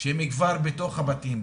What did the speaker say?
שהם כבר בתוך הבתים,